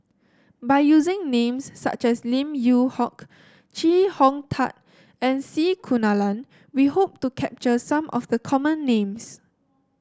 by using names such as Lim Yew Hock Chee Hong Tat and C Kunalan we hope to capture some of the common names